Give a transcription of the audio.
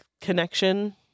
connection